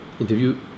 interview